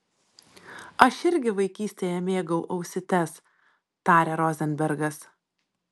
aš irgi vaikystėje mėgau ausytes tarė rozenbergas